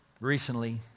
recently